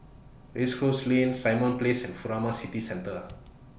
Race Course Lane Simon Place and Furama City Centre